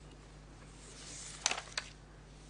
בבקשה, אורלי.